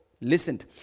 listened